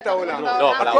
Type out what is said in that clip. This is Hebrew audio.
--- אני